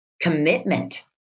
commitment